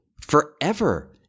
forever